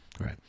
right